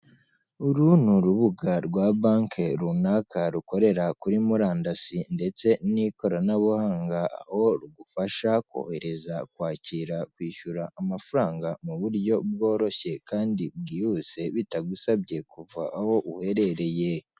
Uru ni urubuga rwa banke runaka rukorera kuri murandasi ndetse n'ikoranabuhanga aho rugufasha kohereza, kwakira, kwishyura amafaranga mu buryo bworoshye kandi bwihuse bitagusabye kuva aho uherereye.